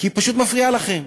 כי היא פשוט מפריעה לכם,